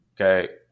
Okay